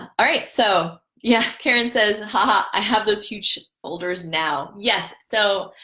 alright so yeah karen says ha i have this huge folders now yes so